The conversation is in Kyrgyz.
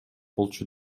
болчу